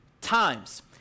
times